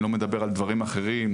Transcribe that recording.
אני לא מדבר על דברים אחרים,